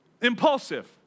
impulsive